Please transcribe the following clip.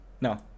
no